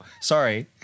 sorry